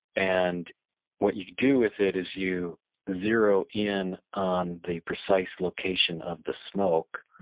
and what you do with it as you zero in on the precise location of the smoke,